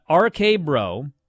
RK-Bro